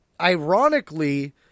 ironically